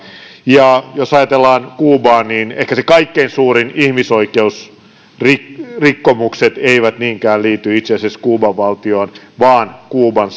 ja jos ajatellaan kuubaa niin ehkä ne kaikkein suurimmat ihmisoikeusrikkomukset eivät niinkään liity itse asiassa kuuban valtioon vaan kuuban